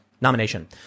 nomination